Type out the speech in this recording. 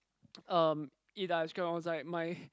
um eat the ice cream I was like my